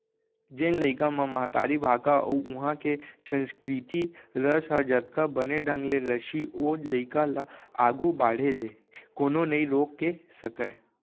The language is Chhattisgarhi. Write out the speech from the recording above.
जेन लइका म महतारी भाखा अउ उहॉं के संस्कृति रस ह जतका बने ढंग ले रसही ओ लइका ल आघू बाढ़े ले कोनो नइ रोके सकयँ